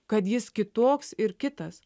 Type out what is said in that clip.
kad jis kitoks ir kitas